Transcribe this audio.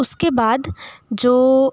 उसके बाद जो